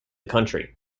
country